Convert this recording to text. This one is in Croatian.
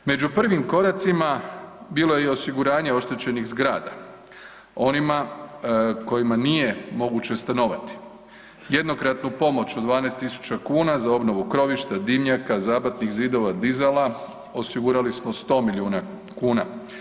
Među prvim koracima bilo je i osiguranje oštećenih zgrada onima kojima nije moguće stanovati jednokratnu pomoć od 12.000,00 kn, za obnovu krovišta, dimnjaka, zabatnih zidova, dizala, osigurali smo 100 milijuna kuna.